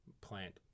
plant